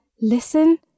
listen